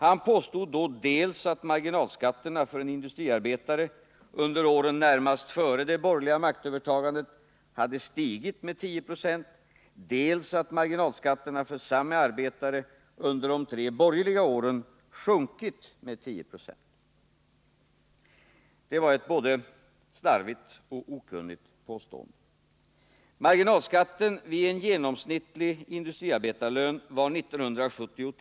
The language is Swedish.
Han påstod då dels att marginalskatterna för en industriarbetare under åren närmast före det borgerliga maktövertagandet hade stigit med 10 20, dels att marginalskatterna för samma arbetare under de tre borgerliga åren sjunkit med 10 26. Det var ett både slarvigt och okunnigt påstående. År 1973 var marginalskatten vid en genomsnittlig industriarbetarlön 58 90.